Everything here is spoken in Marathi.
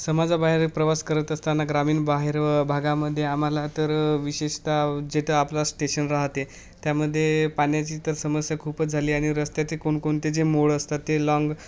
समाजाबाहेर प्रवास करत असताना ग्रामीण बाहेर भागामध्ये आम्हाला तर विशेषता जेथं आपला स्टेशन राहते त्यामध्ये पाण्याची तर समस्या खूपच झाली आणि रस्त्याचे कोणकोणते जे मोळ असतात ते लाँग